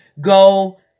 Go